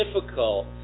difficult